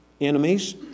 enemies